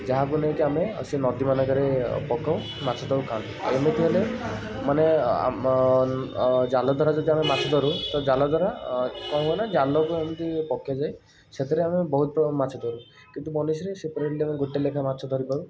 ଯାହାକୁ ନେଇ ଆମେ ଆଉ ସେ ନଦୀ ମାନଙ୍କରେ ପକାଉ ମାଛ ତାକୁ ଖାଆନ୍ତି ଏମିତି ହେଲେ ମାନେ ଆମ ଜାଲ ଦ୍ୱାରା ଯେଉଁ ମାଛ ଧରୁ ଜାଲ ଦ୍ୱାରା କ'ଣ ହୁଏ ନା ଜାଲକୁ ଏମିତି ପକାଯାଏ ସେଥିରେ ଆମେ ବହୁତ ମାଛ ଧରୁ କିନ୍ତୁ ବନିସୀରେ ସେଥିରେ ଯେମିତି ଗୋଟେ ଲେଖା ମାଛ ଧରିପାରୁ